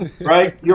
right